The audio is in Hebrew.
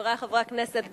חברי חברי הכנסת,